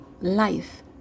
life